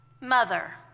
Mother